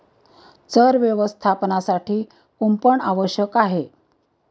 चर व्यवस्थापनासाठी कुंपण आवश्यक आहे